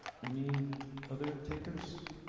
any other takers